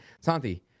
Santi